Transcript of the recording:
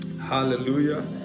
hallelujah